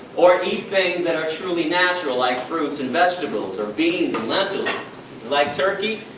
or eat things that are truly natural, like fruits and vegetables or beans and lentils. you like turkey?